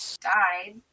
died